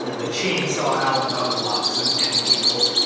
you know the chainsaw al dunlaps and and people.